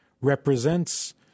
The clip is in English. represents